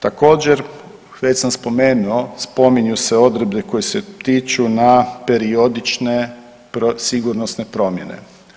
Također, već sam spomenuo spominju se odredbe koje se tiču na periodične sigurnosne promjene.